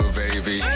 baby